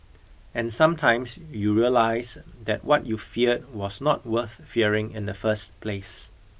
and sometimes you realise that what you feared was not worth fearing in the first place